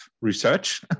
research